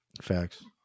facts